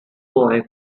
boy